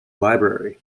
library